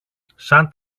σαν